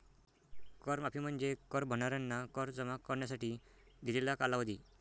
कर माफी म्हणजे कर भरणाऱ्यांना कर जमा करण्यासाठी दिलेला कालावधी